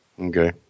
Okay